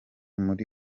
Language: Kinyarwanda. muri